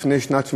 לפני שנת שמיטה,